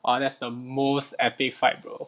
orh that's the most epic fight bro